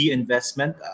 investment